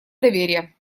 доверия